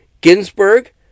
Ginsburg